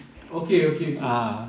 okay okay okay